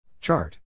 Chart